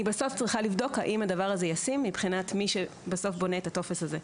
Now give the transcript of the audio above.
אני צריכה לבדוק האם הדבר הזה ישים מבחינת מי שבונה את הטופס הזה.